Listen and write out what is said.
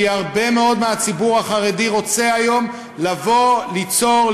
כי הרבה מאוד מהציבור החרדי רוצה היום לבוא ליצור,